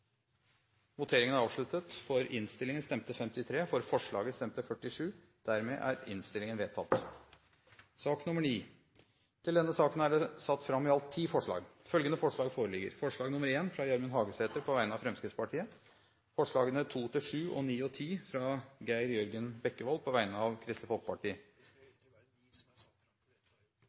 som egen sak for Stortinget.» Det voteres alternativt mellom dette forslaget og komiteens innstilling. Til denne saken er det i innstillingen fremmet ti forslag. Under debatten er det satt fram ni forslag. Det er forslag nr. 1, fra Gjermund Hagesæter på vegne av Fremskrittspartiet forslagene nr. 2–7 og 9 og 10, fra Geir Jørgen Bekkevold på vegne av Kristelig Folkeparti